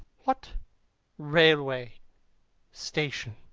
what railway station?